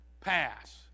pass